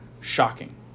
shocking